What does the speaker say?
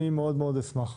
אני מאוד מאוד אשמח.